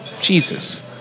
Jesus